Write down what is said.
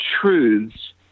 truths